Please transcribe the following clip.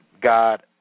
God